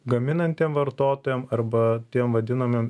gaminantiem vartotojam arba tiems vadinamiem